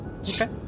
Okay